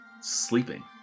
sleeping